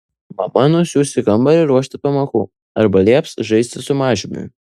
mama nusiųs į kambarį ruošti pamokų arba lieps žaisti su mažiumi